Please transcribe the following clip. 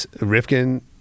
Rifkin